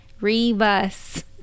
Rebus